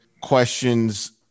questions